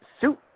suit